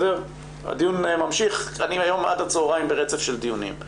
הדיון ממשיך, אני היום עד הצהריים ברצף של דיונים.